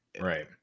right